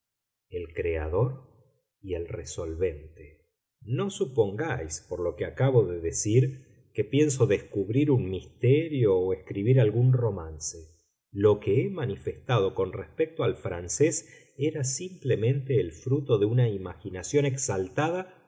el creador y el resolvente no supongáis por lo que acabo de decir que pienso descubrir un misterio o escribir algún romance lo que he manifestado con respecto al francés era simplemente el fruto de una imaginación exaltada